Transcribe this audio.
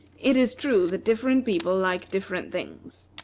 it is true that different people like different things.